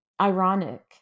ironic